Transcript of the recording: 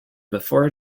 before